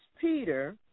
Peter